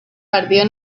partido